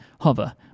Hover